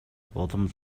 улам